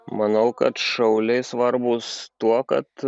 manau kad šauliai svarbūs tuo kad